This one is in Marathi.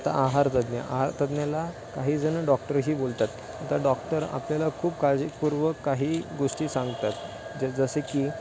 आता आहारतज्ञ आहार तज्ञाला काहीजणं डॉक्टरही बोलतात त्या डॉक्टर आपल्याला खूप काळजीपूर्वक काही गोष्टी सांगतात ज जसे की